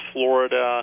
Florida